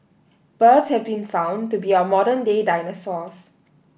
birds have been found to be our modern day dinosaurs